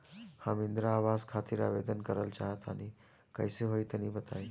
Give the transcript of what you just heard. हम इंद्रा आवास खातिर आवेदन करल चाह तनि कइसे होई तनि बताई?